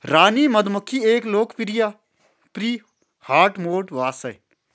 रानी मधुमक्खी एक लोकप्रिय प्री हार्डमोड बॉस है